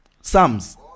Psalms